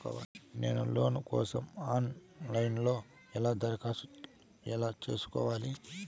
నేను లోను కోసం online లో ఎలా దరఖాస్తు ఎలా సేసుకోవాలి?